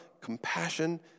compassion